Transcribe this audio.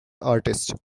artist